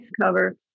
cover